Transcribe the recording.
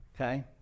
Okay